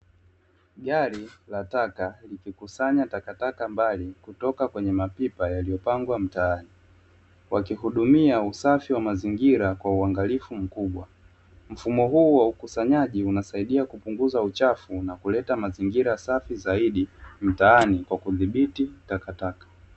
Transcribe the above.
Gari la taka likikusanya takataka mbali kutoka kwenye mapipa yaliyopangwa mtaani wakihudumia usafi wa mazingira kwa uangalifu mkubwa. Mfumo huu wa ukusanyaji unasaidia kupunguza uchafu na kuleta mazingira safi zaidi mtaani kwa kudhibiti takataka.